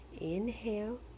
inhale